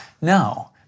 No